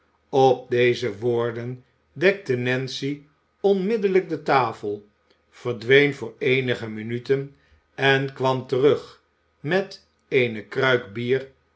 op deze woorden dekte nancy onmiddellijk de tafel verdween voor eenige minuten en kwam terug met eene kruik bier